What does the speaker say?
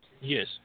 Yes